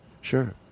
Sure